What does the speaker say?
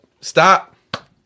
stop